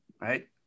right